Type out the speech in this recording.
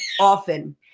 often